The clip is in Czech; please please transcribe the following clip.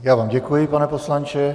Já vám děkuji, pane poslanče.